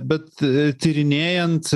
bet tyrinėjant